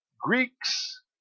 Greeks